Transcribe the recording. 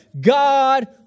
God